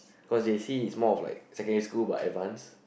cause J_C is more of like secondary school but advance